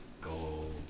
Gold